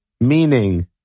Meaning